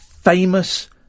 famous